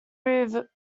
reserved